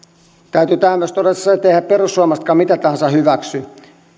täytyy tähän todeta myös se että eiväthän perussuomalaisetkaan mitä tahansa hyväksy